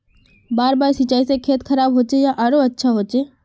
बार बार सिंचाई से खेत खराब होचे या आरोहो अच्छा होचए?